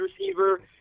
receiver